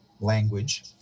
language